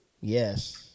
Yes